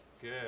Good